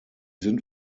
sind